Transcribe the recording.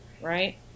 right